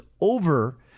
over